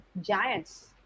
Giants